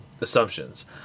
assumptions